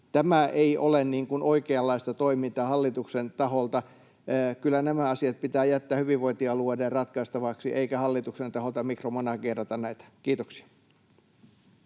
Tämä ei ole niin kuin oikeanlaista toimintaa hallituksen taholta. Kyllä nämä asiat pitää jättää hyvinvointialueiden ratkaistavaksi eikä hallituksen taholta mikromanageerata näitä. — Kiitoksia.